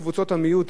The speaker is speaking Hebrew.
תמיד סובלים,